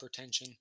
hypertension